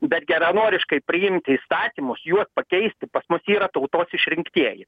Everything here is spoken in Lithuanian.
bet geranoriškai priimti įstatymus juos pakeisti pas mus yra tautos išrinktieji